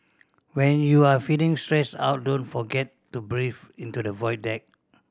when you are feeling stressed out don't forget to breathe into the